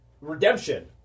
Redemption